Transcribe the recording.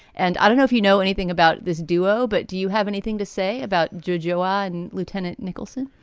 and i don't know if you know anything about this duo, but do you have anything to say about juju on lieutenant nicholson?